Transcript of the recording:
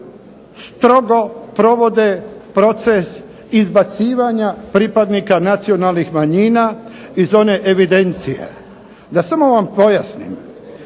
strogo provode proces izbacivanja pripadnika nacionalnih manjina iz one evidencije. Da samo vam pojasnim.